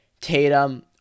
Tatum